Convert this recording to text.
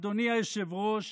אדוני היושב-ראש,